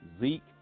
Zeke